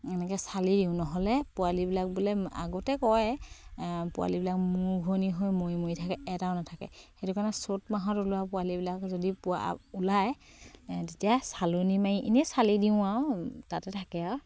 এনেকে চালি দিওঁ নহ'লে পোৱালিবিলাক বোলে আগতে কয় পোৱালিবিলাক মূৰ ঘোৰণি হৈ মৰি মৰি থাকে এটাও নাথাকে সেইটো কাৰণে চ'ত মাহত ওলোৱা পোৱালিবিলাক যদি পোৱা ওলায় তেতিয়া চালনি মাৰি এনেই চালি দিওঁ আৰু তাতে থাকে আৰু